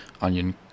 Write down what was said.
onion